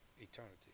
eternity